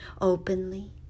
openly